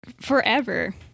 forever